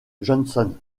johnson